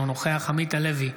אינו נוכח עמית הלוי,